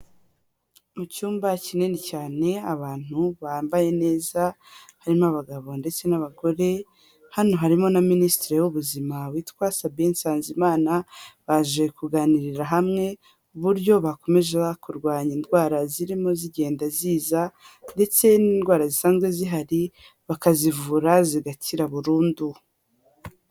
Mu cyumba kinini cyane abantu bambaye neza harimo abagabo ndetse n'abagore, hano harimo na Minisitiri w'ubuzima witwa Sabin Nsanzimana, baje kuganirira hamwe ku buryo bakomeza kurwanya indwara zirimo zigenda ziza ndetse n'indwara zisanzwe zihari, bakazivura zigakira burundu.